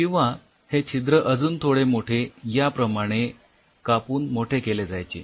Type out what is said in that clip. किंवा हे छिद्र अजून थोडे मोठे याप्रमाणे कापून मोठे केले जायचे